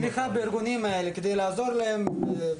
האלה, כדי לעזור להם